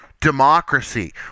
democracy